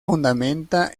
fundamenta